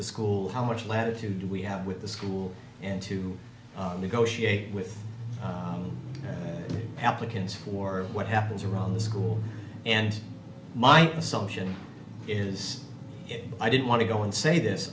the school how much latitude we have with the school and to negotiate with applicants for what happens around the school and my assumption is if i did want to go and say this